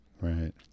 Right